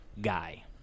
guy